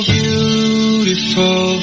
beautiful